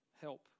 help